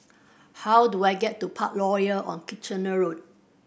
how do I get to Parkroyal on Kitchener Road